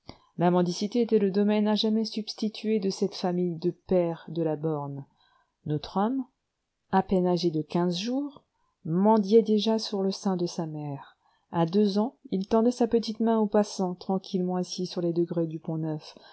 la mendicité était le domaine à jamais substitué de cette famille de pairs de la borne notre homme à peine âgé de quinze jours mendiait déjà sur le sein de sa mère à deux ans il tendait sa petite main aux passants tranquillement assis sur les degrés du